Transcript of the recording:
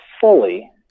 fully